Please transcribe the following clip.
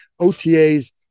OTAs